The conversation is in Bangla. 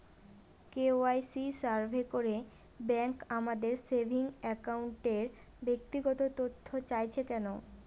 কে.ওয়াই.সি সার্ভে করে ব্যাংক আমাদের সেভিং অ্যাকাউন্টের ব্যক্তিগত তথ্য চাইছে কেন?